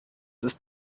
ist